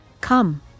Come